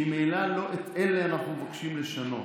ממילא לא את אלה אנחנו מבקשים לשנות.